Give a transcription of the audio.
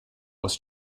was